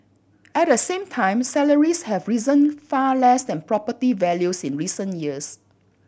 at the same time salaries have risen far less than property values in recent years